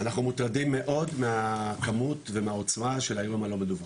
אנחנו מוטרדים מאוד מהכמות ומהעוצמה של האירועים הלא מדווחים,